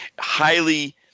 Highly